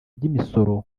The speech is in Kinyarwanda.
ry’imisoro